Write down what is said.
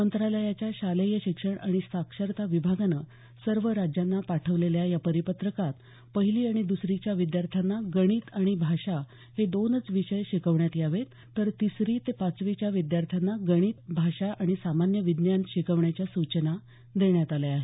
मंत्रालयाच्या शालेय शिक्षण आणि साक्षरता विभागानं सर्व राज्यांना पाठवलेल्या या परिपत्रकात पहिली आणि दुसरीच्या विद्यार्थ्यांना गणित आणि भाषा हे दोनच विषय शिकवण्यात यावेत तर तिसरी ते पाचवीच्या विद्यार्थ्यांना गणित भाषा आणि सामान्य विज्ञान शिकवण्याच्या सूचना देण्यात आल्या आहेत